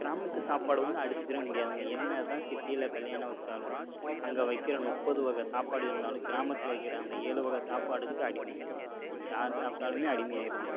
கிராமத்து சாப்பாடு வந்து அடிச்சுக்கிறவே முடியாதுங்க என்னதான் சிட்டியில் கல்யாணம் வைச்சாலும் அங்கே வைக்கிற முப்பது வகை சாப்பாடு இருந்தாலும் கிராமத்தில் வைக்கிற அந்த ஏழு வகை சாப்பாடுக்கு அடிமை யார் சாப்பிட்டாலுமே அடிமையாகிருவாங்க